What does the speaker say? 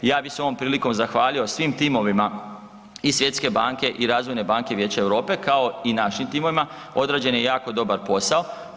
Ja bih se ovom prilikom zahvalio svim timovima i Svjetske banke i Razvojne banke Vijeća Europe kao i našim timovima odrađen je jako dobar posao.